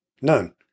None